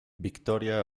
victoria